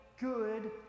good